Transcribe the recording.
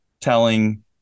telling